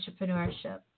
entrepreneurship